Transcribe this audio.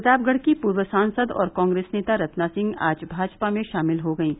प्रतापगढ़ की पूर्व सांसद और कॉग्रेस नेता रत्ना सिंह आज भाजपा में शामिल हो गयीं